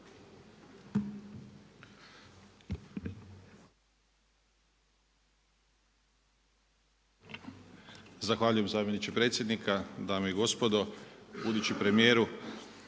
Zahvaljujem zamjeniče predsjednika, dame i gospodo, budući premijeru.